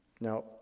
Now